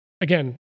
again